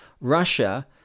Russia